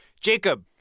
Jacob